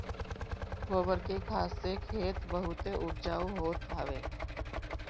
गोबर के खाद से खेत बहुते उपजाऊ होत हवे